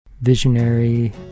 visionary